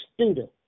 student